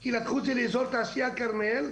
כי לקחו את זה לאזור התעשייה כרמל,